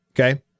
Okay